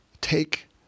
take